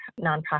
nonprofit